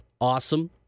Awesome